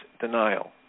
Denial